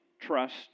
trust